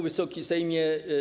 Wysoki Sejmie!